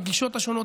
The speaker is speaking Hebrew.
עם הגישות השונות,